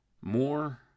more